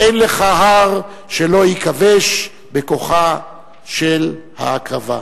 "אין לך הר שלא ייכבש בכוחה של הקרבה".